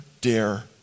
dare